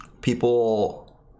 people